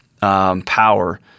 power –